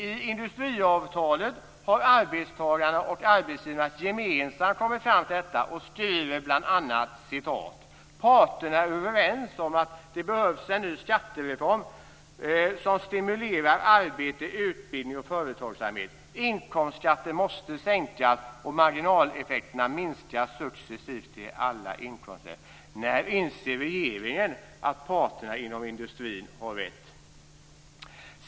I industriavtalet har arbetstagarna och arbetsgivarna gemensamt kommit fram till detta och skriver bl.a.: Parterna är överens om att det behövs en ny skattereform som stimulerar arbete, utbildning och företagsamhet. Inkomstskatten måste sänkas och marginaleffekterna minskas successivt i alla inkomstlägen. När inser regeringen att parterna inom industrin har rätt?